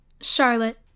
Charlotte